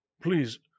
please